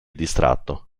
distratto